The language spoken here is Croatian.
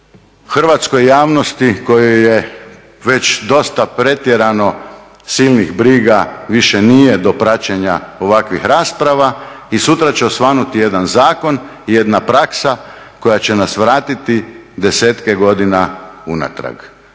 Hrvatskoj javnosti kojoj je već dosta pretjerano silnih briga više nije do praćenja ovakvih rasprava i sutra će osvanuti jedan zakon i jedna praksa koja će nas vratiti 10-tke godine unatrag.